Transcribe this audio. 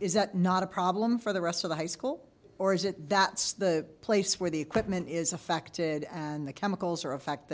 is that not a problem for the rest of the high school or is it that's the place where the equipment is affected and the chemicals are a fact